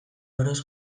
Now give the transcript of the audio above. oroz